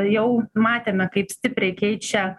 jau matėme kaip stipriai keičia